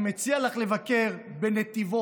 אני מציע לך לבקר בנתיבות,